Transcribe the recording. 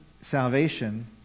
salvation